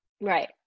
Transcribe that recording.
Right